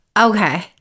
Okay